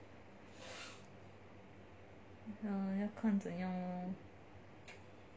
要看这么样咯